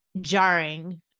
jarring